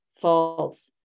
false